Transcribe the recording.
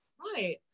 Right